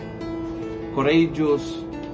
courageous